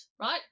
right